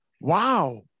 wow